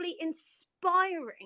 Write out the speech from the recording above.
inspiring